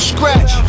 Scratch